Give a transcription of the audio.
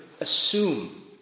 assume